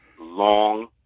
long